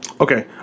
okay